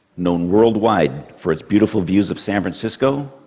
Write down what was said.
known worldwide for its beautiful views of san francisco,